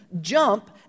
jump